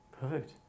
Perfect